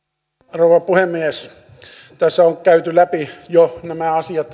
rouva puhemies tässä on jo käyty läpi aika tarkoin nämä asiat